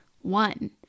One